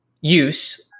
use